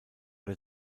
der